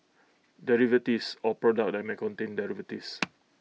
derivatives or products that may contain derivatives